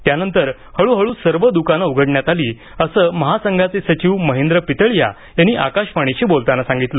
त्यानंतर हळूहळू सर्व दुकानं उघडण्यात आली असं महासंघाचे सचिव महेंद्र पितळीया यांनी आकाशवाणीशी बोलताना सांगितलं